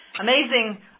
amazing